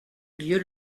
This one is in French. lieu